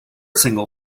single